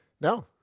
no